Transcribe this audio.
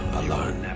alone